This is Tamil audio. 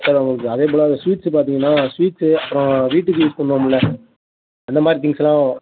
சார் உங்களுக்கு அதே போல் சுவீட்ஸு பார்த்தீங்கன்னா சுவீட்ஸு அப்புறோம் வீட்டுக்கு யூஸ் பண்ணுவோம்ல அந்த மாதிரி திங்க்ஸ்லாம்